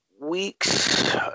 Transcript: weeks